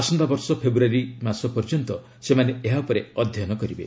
ଆସନ୍ତା ବର୍ଷ ଫେବୃୟାରୀ ପର୍ଯ୍ୟନ୍ତ ସେମାନେ ଏହା ଉପରେ ଅଧ୍ୟୟନ କରିବେ